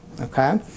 okay